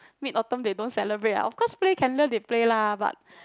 Mid Autumn they don't celebrate ah of course play candle they play lah but